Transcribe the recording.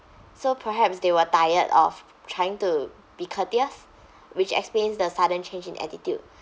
so perhaps they were tired of trying to be courteous which explains the sudden change in attitude